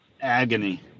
agony